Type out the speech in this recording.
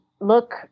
look